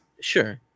sure